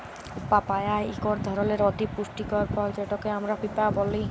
papaya ইকট ধরলের অতি পুষ্টিকর ফল যেটকে আমরা পিঁপা ব্যলি